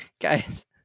guys